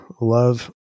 love